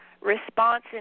response